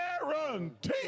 Guarantee